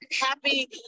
happy